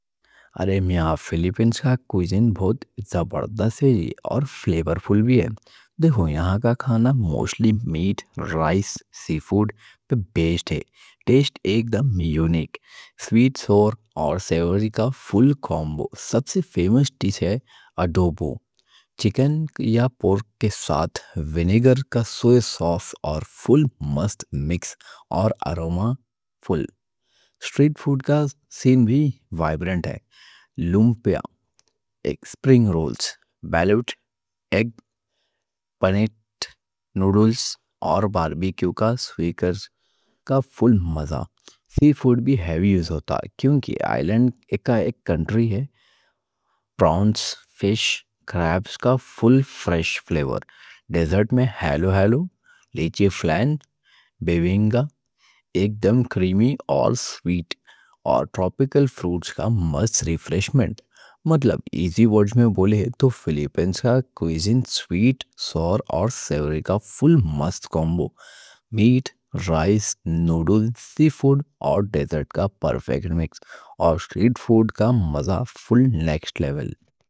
ارے میاں، فلیپینس کا کوزین بہت زبردست ہے اور فلیورفُل بھی ہے۔ دیکھو، یہاں کا کھانا موسٹلی میٹ، رائس، سی فوڈ پر بیسٹ ہے، ٹیسٹ ایک دم یونیک، سویٹ، ساور اور سیوری کا فُل کامبو۔ سب سے فیمس ڈِش اَڈوبو ہے، چکن یا پورک کے ساتھ، وینیگر اور سویا سوس کا فُل مست مِکس۔ اور آروما فُل سٹریٹ فوڈ کا سین بھی وائبرنٹ ہے، لُمپیا ایک سپرنگ رولز، بیلوٹ ایگ، پانسِت نوڈلز اور بار بی کیو کے سکیورز کا فُل مزہ۔ سی فوڈ بھی ہیوج ہوتا کیونکہ آئی لینڈ کنٹری ہے، پراؤنز، فِش، کرابز کا فُل فریش فلیور۔ ڈیزرٹ میں ہیلو ہیلو، لیچے فلان، بِبِنگکا، ایک دم کریمی اور سویٹ، اور ٹروپیکل فروٹس کا مست ریفریشمنٹ۔ مطلب ایزی ورڈ میں بولے تو فلیپینس کا کوزین سویٹ، ساور اور سیوری کا فُل مست کمبو، میٹ، رائس، نوڈلز، سی فوڈ اور ڈیزرٹ کا پرفیکٹ مِکس اور سٹریٹ فوڈ کا مزہ فُل نیکسٹ لیول۔